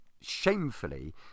shamefully